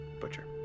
butcher